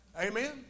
Amen